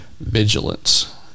vigilance